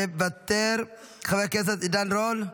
מוותר, חבר הכנסת עידן רול,